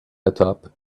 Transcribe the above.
atop